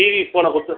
TV ஃபோனை கொடுத்து